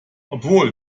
obwohl